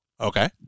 okay